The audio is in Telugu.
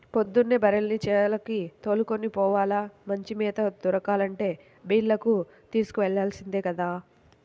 పొద్దున్నే బర్రెల్ని చేలకి దోలుకొని పోవాల, మంచి మేత దొరకాలంటే బీల్లకు తోలుకెల్లాల్సిందే గదా